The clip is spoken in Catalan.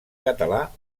català